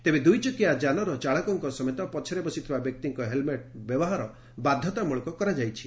ତେବେ ଦୂଇଚକିଆ ଯାନର ଚାଳକଙ୍କ ସମେତ ପଛରେ ବସିଥିବା ବ୍ୟକ୍ତିଙ୍କ ହେଲମେଟ ବ୍ୟବହାର ବାଧତାମ୍ଳକ କରାଯାଇଛି